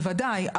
בוודאי,